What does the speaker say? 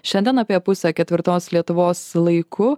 šiandien apie pusę ketvirtos lietuvos laiku